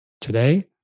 today